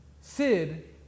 Sid